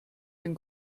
den